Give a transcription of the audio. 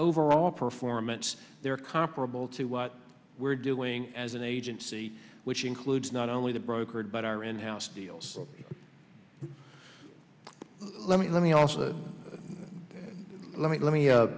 overall performance they are comparable to what we're doing as an agency which includes not only the brokered but our in house deals let me let me also let me let me